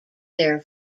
their